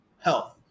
health